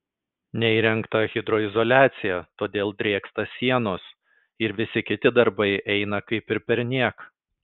neįrengta hidroizoliacija todėl drėksta sienos ir visi kiti darbai eina kaip ir perniek